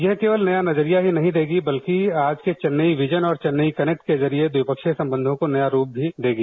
यह केवल नया नजरिया ही नहीं देगी बल्कि आज के चेन्नई विजन और चेन्नई कनेक्ट के जरिए द्विपक्षीय संबंधों को नया रूप भी देगी